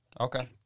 Okay